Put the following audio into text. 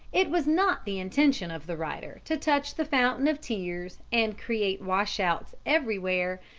it was not the intention of the writer to touch the fountain of tears and create wash-outs everywhere,